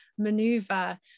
maneuver